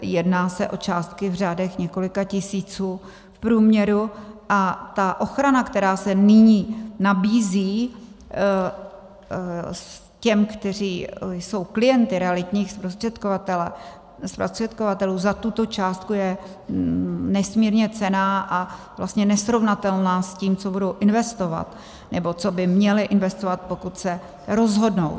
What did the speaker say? Jedná se o částky v řádech několika tisíců v průměru a ta ochrana, která se nyní nabízí těm, kteří jsou klienti realitních zprostředkovatelů, za tuto částku je nesmírně cenná a vlastně nesrovnatelná s tím, co budou investovat, nebo co by měli investovat, pokud se rozhodnou.